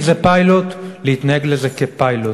אם זה פיילוט, להתנהג לזה כאל פיילוט,